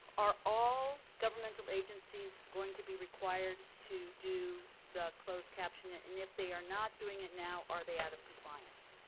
are all governmental agencies going to be required to do the closed captioning and if they are not doing it now, are they out of compliance?